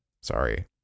Sorry